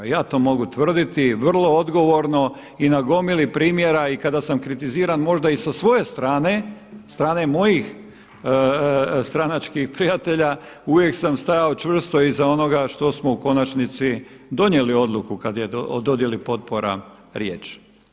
Ja to mogu tvrditi vrlo odgovorno i na gomili primjera i kada sam kritiziran možda i sa svoje strane, strane mojih stranačkih prijatelja uvijek sam stajao čvrsto iza onoga što smo u konačnici donijeli odluku kad je o dodjeli potpora riječ.